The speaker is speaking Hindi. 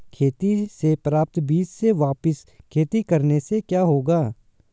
खेती से प्राप्त बीज से वापिस खेती करने से क्या होगा?